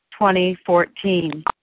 2014